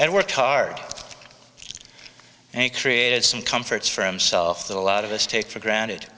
and worked hard and created some comforts for himself that a lot of us take for granted